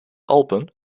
alpen